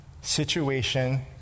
situation